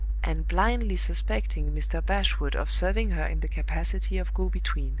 and blindly suspecting mr. bashwood of serving her in the capacity of go-between.